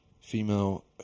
female